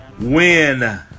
win